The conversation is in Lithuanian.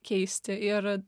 keisti ir